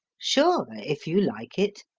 sure, if you like it.